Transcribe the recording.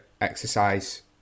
exercise